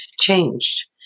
changed